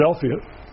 Philadelphia